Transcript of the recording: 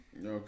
okay